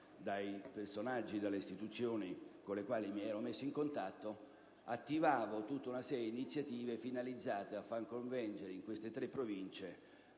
dai personaggi e dalle istituzioni con le cui mi ero messo in contatto, attivavo tutta una serie di iniziative finalizzate a far convergere in queste tre province